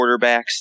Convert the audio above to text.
quarterbacks